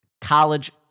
college